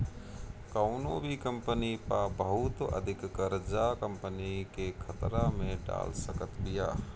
कवनो भी कंपनी पअ बहुत अधिका कर्जा कंपनी के खतरा में डाल सकत बिया